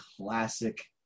classic